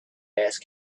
ask